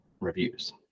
reviews